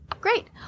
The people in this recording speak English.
Great